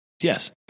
Yes